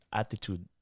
attitude